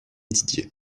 didier